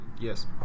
Yes